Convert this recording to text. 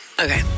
Okay